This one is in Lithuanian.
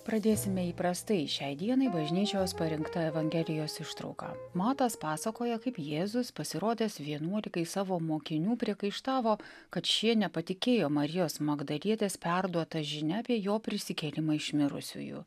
pradėsime įprastai šiai dienai bažnyčios parinktą evangelijos ištrauką matas pasakoja kaip jėzus pasirodęs vienuolikai savo mokinių priekaištavo kad šie nepatikėjo marijos magdalietės perduota žinia apie jo prisikėlimą iš mirusiųjų